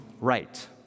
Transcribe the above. right